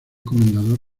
comendador